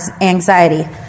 anxiety